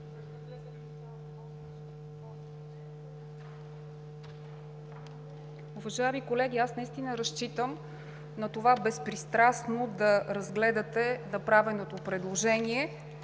Уважаеми колеги, аз наистина разчитам на това безпристрастно да разгледате направеното предложение.